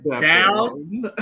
down